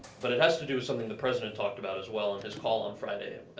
but it has to do with something the president talked about as well on his call on friday.